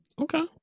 okay